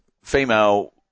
female